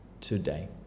today